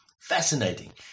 Fascinating